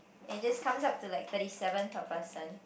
and it just comes up to like thirty seven per person